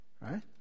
Right